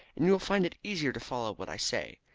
and you will find it easier to follow what i say.